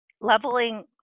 leveling